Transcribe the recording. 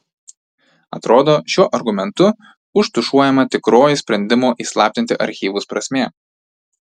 atrodo šiuo argumentu užtušuojama tikroji sprendimo įslaptinti archyvus prasmė